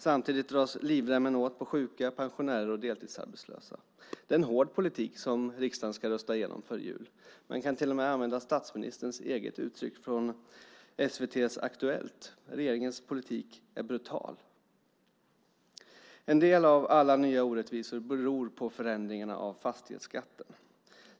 Samtidigt dras livremmen åt för sjuka, pensionärer och deltidsarbetslösa. Det är en hård politik som riksdagen ska rösta igenom före jul. Man kan till och med använda statsministerns eget uttryck från SVT:s Aktuellt: Regeringens politik är brutal. En del av alla nya orättvisor beror på förändringarna av fastighetsskatten.